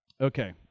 Okay